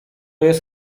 jest